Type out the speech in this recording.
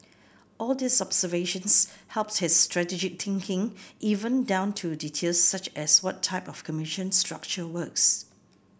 all these observations helped his strategic thinking even down to details such as what type of commission structure works